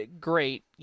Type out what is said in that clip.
great